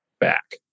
back